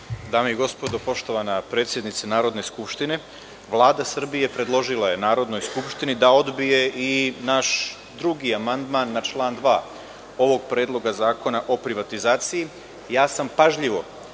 Dame i gospodo, poštovana predsednice Narodne skupštine, Vlada Srbije predložila je Narodnoj skupštini da odbije i naš drugi amandman na član 2. ovog Predloga zakona o privatizaciji. Pažljivo